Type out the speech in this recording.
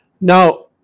Now